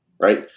right